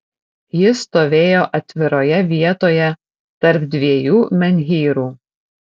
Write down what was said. ji stovėjo atviroje vietoje tarp dviejų menhyrų